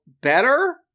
better